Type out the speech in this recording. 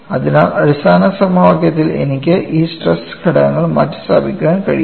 അതിനാൽ അടിസ്ഥാന സമവാക്യത്തിൽ എനിക്ക് ഈ സ്ട്രെസ്സ് ഘടകങ്ങൾ മാറ്റിസ്ഥാപിക്കാൻ കഴിയും